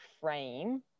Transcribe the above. frame